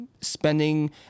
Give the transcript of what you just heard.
spending